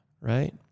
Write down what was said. right